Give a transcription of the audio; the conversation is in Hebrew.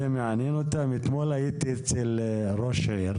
אתמול הייתי אצל ראש עיר,